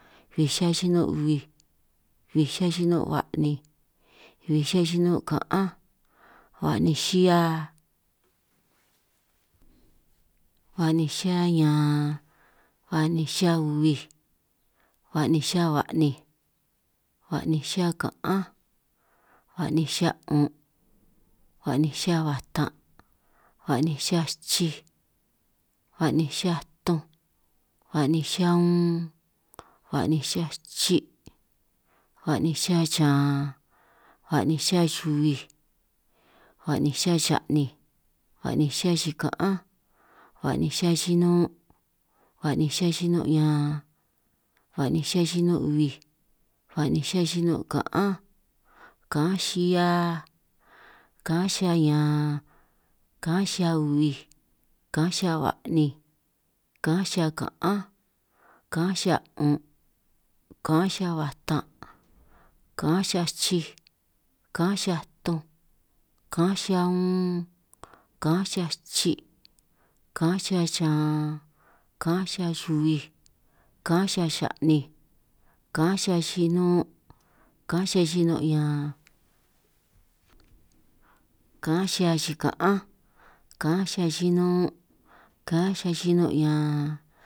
Bij xihia xinun' bij, bij xihia xinun' ba'ninj, bij xihia xinun' ka'anj, ba'ninj xia, ba'ninj xihia ñan, ba'ninj xihia bij, ba'ninj xihia hua'ninj, ba'ninj xihia ka'anj, ba'ninj xihia 'un', ba'nin xihia batan', ba'ninj chij, ba'ninj xihia tunj, ba'nin xihia unn, ba'ninj xihia chi', ba'ninj xihia xan, ba'ninj xihia xuhuij, ba'ninj xihia xa'ninj, ba'ninj xihia xika'anj, ba'ninj xihia xinun', ba'ninj xihia xinun' ñan, ba'ninj xihia xinun' bij, ba'ninj xihia xinun' hua'ninj, ba'ninj xihia xinun' ka'anj, ka'anj xihia, ka'anj xihia ñan, ka'anj xihia bij, ka'anj xihia ba'ninj, ka'anj xihia ka'anj, ka'anj xihia 'un', ka'anj xihia batan', ka'anj xihia chij, ka'anj xihia tunj, ka'anj xihia unn, ka'anj xihia chi', ka'anj xihia xan, ka'anj xihia xubij, ka'anj xihia xa'ninj, ka'anj xihia xinun' ka'anj xihia xinun ñan, ka'anj xihia xika'anj, ka'anj xihia xinun', ka'anj xihia xinun' ñan.